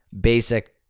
basic